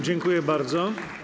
Dziękuję bardzo.